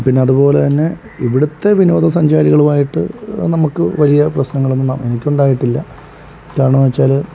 പിന്നെ അതുപോലെ തന്നെ ഇവിടത്തെ വിനോദസഞ്ചാരികളുമായിട്ട് നമ്മൾക്ക് വലിയ പ്രശ്നനങ്ങളൊന്നും എനിക്ക് ഉണ്ടായിട്ടില്ല കാരണമെന്നു വച്ചാൽ